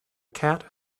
cat